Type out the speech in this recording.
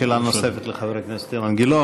אין שאלה נוספת לחבר הכנסת אילן גילאון.